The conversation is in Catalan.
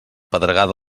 pedregada